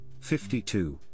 52